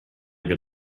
good